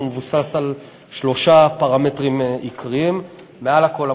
והיא מבוססת על שלושה פרמטרים עיקריים: מעל הכול,